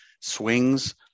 swings